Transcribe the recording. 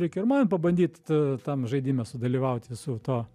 reikia ir man pabandyt a tam žaidime sudalyvauti su tuo